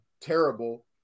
Terrible